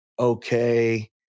Okay